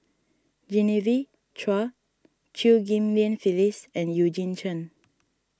Genevieve Chua Chew Ghim Lian Phyllis and Eugene Chen